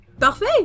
Parfait